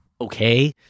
okay